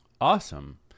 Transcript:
Awesome